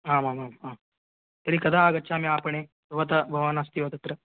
आमामाम् आं तर्हि कदा आगच्छामि आपणे भवान् भवानस्ति वा तत्र